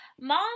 Mom